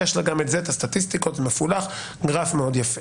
יש לה את הסטטיסטיקות גם לזה; זה מפולח עם גרף מאוד יפה.